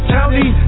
County